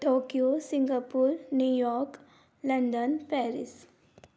Tokyo Singapore New York London Paris